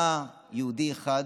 בא יהודי אחד